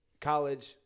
college